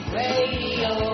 radio